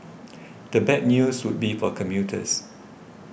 the bad news would be for commuters